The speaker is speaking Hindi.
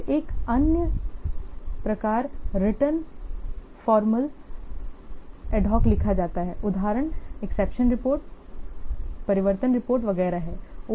फिर एक अन्य प्रकार रिटर्न फॉर्मल एडहॉक लिखा जाता है उदाहरण एक्सेप्शन रिपोर्ट परिवर्तन रिपोर्ट वगैरह हैं